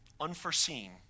unforeseen